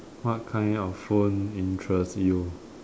what kind of phone interest you